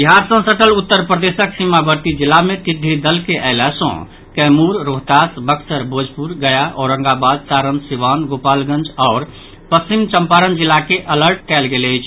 बिहार सँ सटल उत्तर प्रदेशक सीमावर्ती जिला मे टिड्डी दल के अयला सँ कैमूर रोहतास बक्सर भोजपुर गया औरंगाबाद सारण सीवान गोपालगंज आओर पश्चिम चम्पारण जिला के अलर्ट कयल गेल अछि